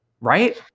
right